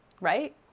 right